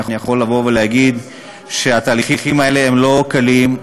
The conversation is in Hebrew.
אני יכול להגיד שהתהליכים האלה הם לא קלים,